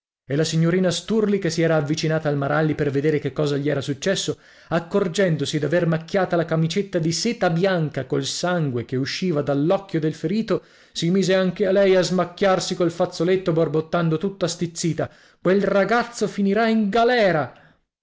e la signorina sturli che si era avvicinata al maralli per vedere che cosa gli era successo accorgendosi d'aver macchiata la camicetta di seta bianca col sangue che usciva dall'occhio del ferito si mise anche lei a smacchiarsi col fazzoletto borbottando tutta stizzita quel ragazzo finirà in galera